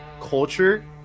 culture